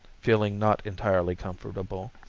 feeling not entirely comfortable.